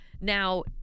Now